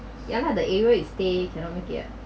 ya lah the area is they cannot make it a